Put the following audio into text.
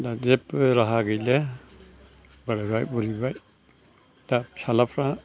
दा जेबो राहा गैला बोरायबाय बुरिबाय दा फिसाज्लाफ्रा